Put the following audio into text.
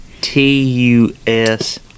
T-U-S